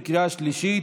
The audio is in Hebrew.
בקריאה שלישית.